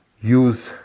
use